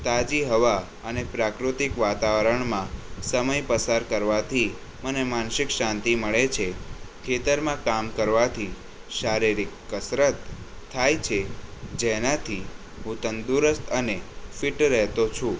તાજી હવા અને પ્રાકૃતિક વાતાવરણમાં સમય પસાર કરવાથી મને માનસિક શાંતિ મળે છે ખેતરમાં કામ કરવાથી શારીરિક કસરત થાય છે જેનાથી હું તંદુરસ્ત અને ફીટ રહેતો છું